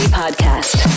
podcast